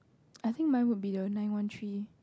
I think mine would be the nine one three